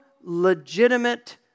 legitimate